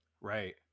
Right